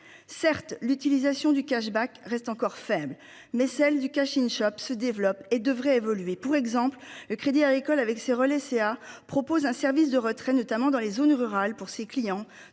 certes l'utilisation du cash-Back reste encore faible mais celle du cash in shop se développe et devrait évoluer pour exemple le Crédit Agricole avec ses relais CA propose un service de retrait notamment dans les zones rurales pour ses clients